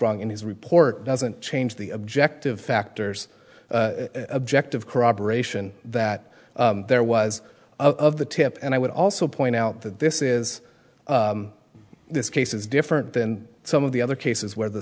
wrong in his report doesn't change the objective factors objective corroboration that there was of the tip and i would also point out that this is this case is different than some of the other cases where the